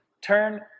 turn